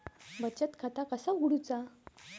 बचत खाता कसा उघडूचा?